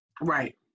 Right